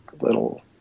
little